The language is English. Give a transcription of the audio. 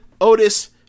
Otis